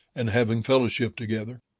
and having fellowship together.